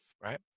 right